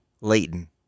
Leighton